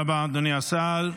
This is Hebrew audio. תודה רבה, אדוני השר.